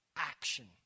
action